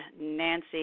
nancy